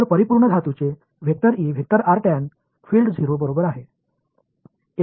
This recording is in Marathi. तर परिपूर्ण धातूचे फिल्ड 0 बरोबर आहे